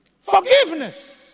forgiveness